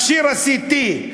מכשיר ה-CT,